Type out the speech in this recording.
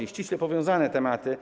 To ściśle powiązane tematy.